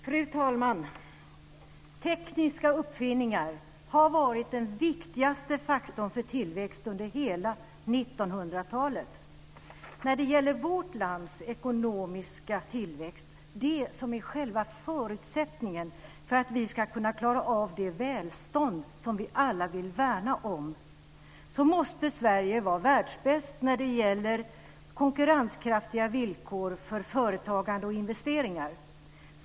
Fru talman! Tekniska uppfinningar har varit den viktigaste faktorn för tillväxt under hela 1900-talet. När det gäller vårt lands ekonomiska tillväxt - det som är själva förutsättningen för att vi ska klara det välstånd som vi vill värna om - måste Sverige vara världsbäst när det gäller konkurrenskraftiga villkor för företagande och investeringar.